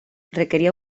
requeria